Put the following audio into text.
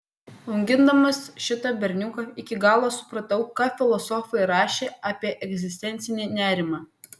augindamas šitą berniuką iki galo supratau ką filosofai rašė apie egzistencinį nerimą